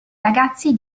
ragazzi